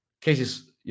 cases